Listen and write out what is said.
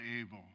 able